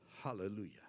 Hallelujah